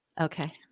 Okay